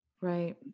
Right